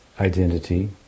identity